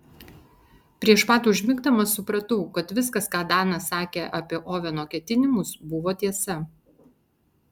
prieš pat užmigdamas supratau kad viskas ką danas sakė apie oveno ketinimus buvo tiesa